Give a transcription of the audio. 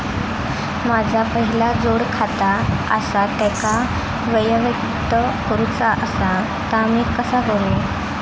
माझा पहिला जोडखाता आसा त्याका वैयक्तिक करूचा असा ता मी कसा करू?